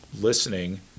listening